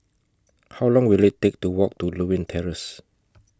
How Long Will IT Take to Walk to Lewin Terrace